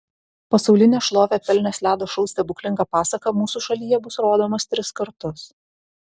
pasaulinę šlovę pelnęs ledo šou stebuklinga pasaka mūsų šalyje bus rodomas tris kartus